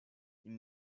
une